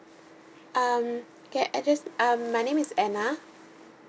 um okay I just um my name is anna